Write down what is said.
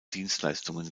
dienstleistungen